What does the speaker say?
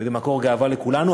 וזה מקור גאווה לכולנו,